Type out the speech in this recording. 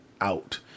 out